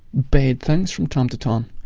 bad things from time to time.